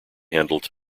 handled